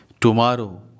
Tomorrow